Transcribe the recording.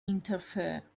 interfere